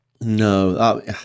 No